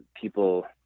people